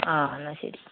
ആ എന്നാൽ ശരി